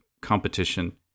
competition